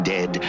Dead